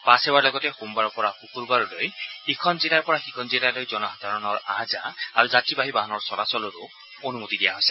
বাছসেৱাৰ লগতে সোমবাৰৰ পৰা শুকুৰবাৰলৈ ইখন জিলাৰ পৰা সিখন জিলালৈ জনসাধাৰণৰ আহ যাহ আৰু যাত্ৰীবাহী বাহনৰ চলাচলৰো অনুমতি দিয়া হৈছে